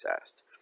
asked